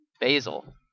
Basil